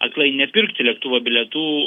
aklai nepirkti lėktuvo bilietų